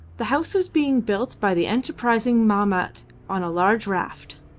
the house was being built by the enterprising mahmat on a large raft,